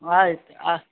ಆಯಿತು ಆ